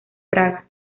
praga